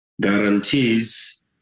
guarantees